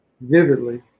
vividly